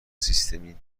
سیستمی